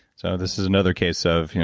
so, this is another case of,